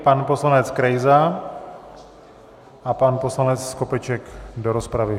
Pan poslanec Krejza a pan poslanec Skopeček do rozpravy.